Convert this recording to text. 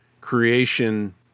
creation